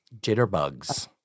Jitterbugs